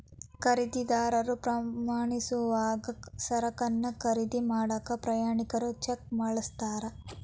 ಖರೇದಿದಾರರು ಪ್ರಯಾಣಿಸೋವಾಗ ಸರಕನ್ನ ಖರೇದಿ ಮಾಡಾಕ ಪ್ರಯಾಣಿಕರ ಚೆಕ್ನ ಬಳಸ್ತಾರ